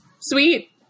sweet